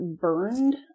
burned